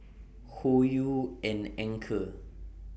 Hoyu and Anchor